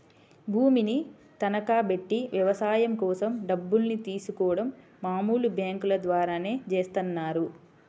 భూమిని తనఖాబెట్టి వ్యవసాయం కోసం డబ్బుల్ని తీసుకోడం మామూలు బ్యేంకుల ద్వారానే చేత్తన్నారు